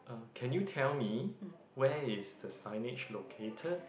can you tell me where is the signage located